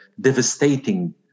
devastating